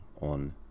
on